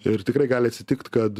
ir tikrai gali atsitikti kad